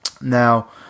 Now